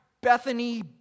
Bethany